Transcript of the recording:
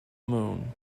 moon